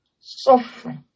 suffering